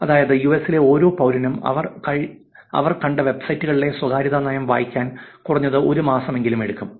അതായത് യുഎസിലെ ഓരോ പൌരനും അവർ കണ്ട വെബ്സൈറ്റുകളിലെ സ്വകാര്യതാ നയം വായിക്കാൻ കുറഞ്ഞത് ഒരു മാസമെങ്കിലും എടുക്കും